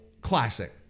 classic